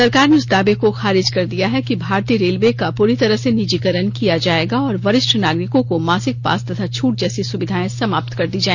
सरकार ने उस दावे को खारिज कर दिया है कि भारतीय रेलवे का पूरी तरह से निजीकरण किया जायेगा और वरिष्ठ नागरिकों को मासिक पास तथा छूट जैसी सुविधाएं समाप्त कर दी जायेंगी